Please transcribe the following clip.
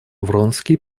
вронский